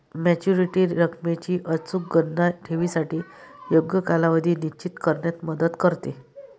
maturity रकमेची अचूक गणना ठेवीसाठी योग्य कालावधी निश्चित करण्यात मदत करते